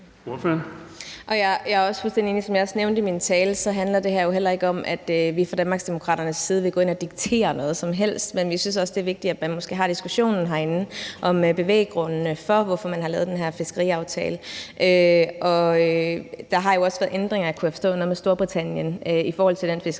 Jeg er fuldstændig enig, og som jeg også nævnte i min tale, handler det her jo heller ikke om, at vi fra Danmarksdemokraternes side vil gå ind og diktere noget som helst, men vi synes, det er vigtigt, at man også har diskussionen herinde om bevæggrundene for, at man har lavet den her fiskeriaftale. Der har jo også været ændringer, kunne jeg forstå, noget med Storbritannien, i forhold til den fiskeriaftale,